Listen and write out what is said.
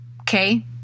Okay